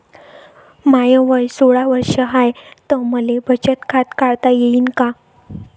माय वय सोळा वर्ष हाय त मले बचत खात काढता येईन का?